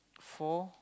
four